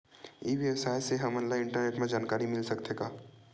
ई व्यवसाय से हमन ला इंटरनेट मा जानकारी मिल सकथे का?